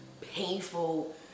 painful